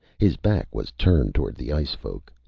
his back was turned toward the ice-folk.